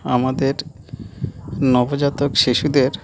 আমাদের নবজাতক শিশুদের